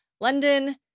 London